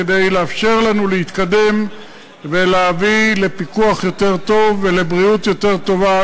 כדי לאפשר לנו להתקדם ולהביא לפיקוח יותר טוב ולבריאות יותר טובה,